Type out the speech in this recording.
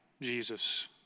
Jesus